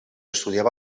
estudiava